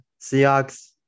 Seahawks